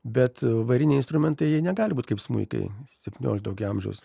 bet variniai instrumentai jie negali būt kaip smuikai septyniolikto tokio amžiaus